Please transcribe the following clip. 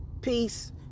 Peace